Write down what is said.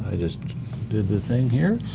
ah just did the thing here.